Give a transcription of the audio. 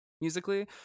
musically